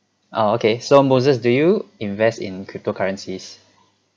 oh okay so moses do you invest in cryptocurrencies